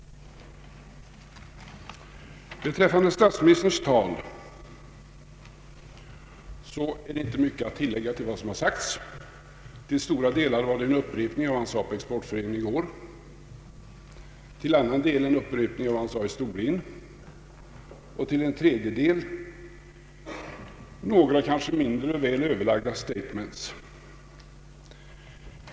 Beträffande statsministerns tal här i dag finns inte mycket att tillägga till vad som redan sagts. Till stora delar var det en upprepning av vad han sade på Exportföreningen i går, till en annan del en upprepning av vad han sade i Storlien och till en tredje del några kanske mindre väl överlagda statements.